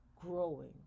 growing